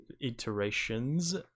iterations